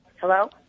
Hello